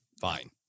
Fine